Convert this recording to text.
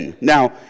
Now